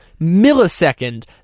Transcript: millisecond